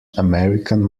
american